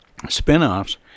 spinoffs